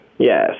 Yes